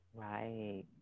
Right